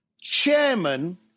chairman